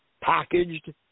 packaged